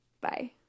Bye